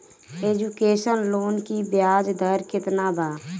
Education loan की ब्याज दर केतना बा?